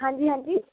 ਹਾਂਜੀ ਹਾਂਜੀ